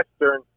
Western